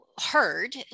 Heard